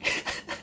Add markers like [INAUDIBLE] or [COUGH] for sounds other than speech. [LAUGHS]